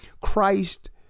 Christ